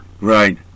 right